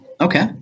Okay